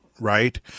right